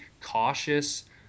cautious